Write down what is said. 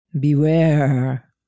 Beware